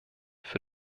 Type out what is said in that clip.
für